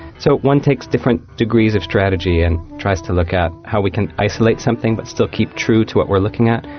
so one takes different degrees of strategy and tries to look at how we can isolate something but still keep true to what we're looking at.